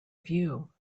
view